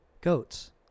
goats